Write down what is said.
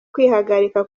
kwihagarika